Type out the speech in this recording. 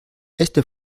este